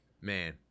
man